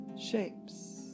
shapes